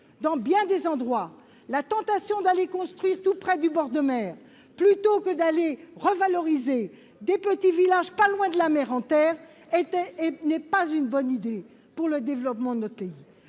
dans bien des endroits, la tentation de construire tout près du bord de mer plutôt que de revaloriser de petits villages proches dans les terres n'est pas une bonne idée pour le développement de notre pays.